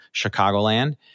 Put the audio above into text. Chicagoland